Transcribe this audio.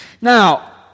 Now